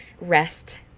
rest